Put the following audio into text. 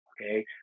okay